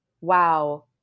wow